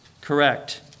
correct